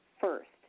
First